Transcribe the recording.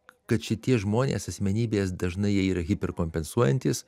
kad šitie žmonės asmenybės dažnai jie yra hiper kompensuojantys